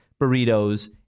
burritos